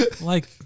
Like-